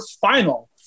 final